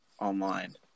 online